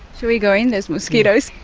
shall we go in? there's mosquitoes.